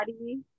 body